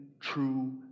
true